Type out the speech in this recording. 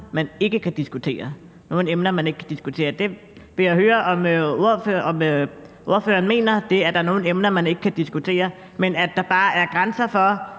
man ikke kan diskutere, og det vil jeg høre om ordføreren mener, altså at der er nogle emner, man ikke kan diskutere. Eller er der bare tale om,